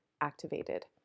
activated